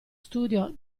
studio